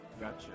Gotcha